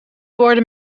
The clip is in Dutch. worden